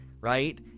right